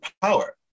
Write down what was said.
power